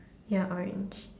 ya orange